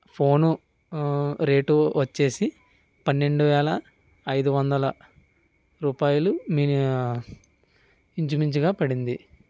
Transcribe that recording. phone rate వచ్చేసి పన్నెండు వేల ఐదు వందల రూపాయిలు మిని ఇంచుమించుగా పడింది